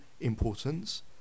importance